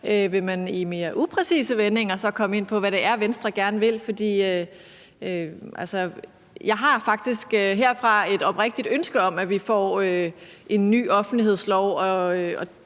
vil man så i mere upræcise vendinger komme ind på, hvad det er, Venstre gerne vil? Jeg har faktisk et oprigtigt ønske om, at vi får en ny offentlighedslov,